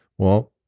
well,